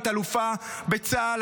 אלופה בצה"ל.